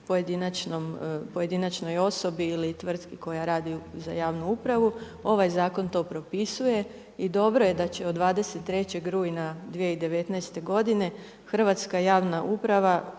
pojedinačnoj osobi ili tvrtki koja radi za javnu upravu. Ovaj zakon to propisuje. I dobro je da će od 23. rujna 2019. godine hrvatska javna uprava